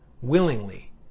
willingly